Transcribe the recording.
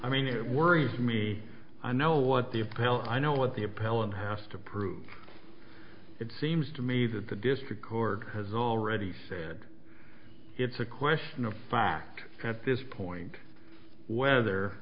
i mean it worries me i know what the a pal i know what the appellant have to prove it seems to me that the district court has already said it's a question of fact at this point whether